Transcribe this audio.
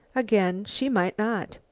again she might not.